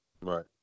Right